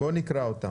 בוא נקרא אותם.